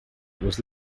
was